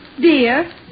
Dear